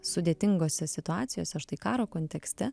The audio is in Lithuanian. sudėtingose situacijose štai karo kontekste